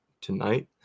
tonight